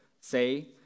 say